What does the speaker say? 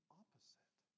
opposite